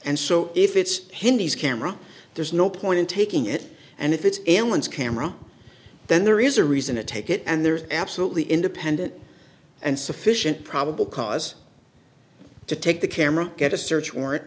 and so if it's him these camera there's no point in taking it and if it's anyone's camera then there is a reason to take it and there's absolutely independent and sufficient probable cause to take the camera get a search warrant